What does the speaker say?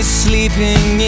sleeping